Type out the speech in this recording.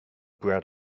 bread